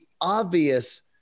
obvious